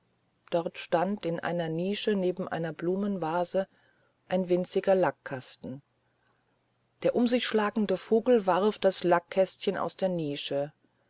dort stand in einer nische neben einer blumenvase ein winziger lackkasten der um sich schlagende vogel warf das lackkästchen aus der nische